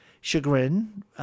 chagrin